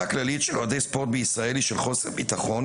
הכללית של אוהדי ספורט בישראל היא של חוסר ביטחון,